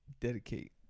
Dedicate